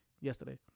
yesterday